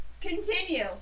Continue